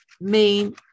main